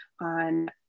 on